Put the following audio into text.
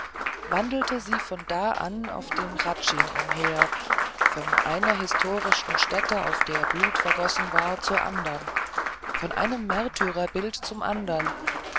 wandelte sie von da an auf dem hradschin umher von einer historischen stätte auf der blut vergossen worden war zur andern von einem märtyrerbild zum andern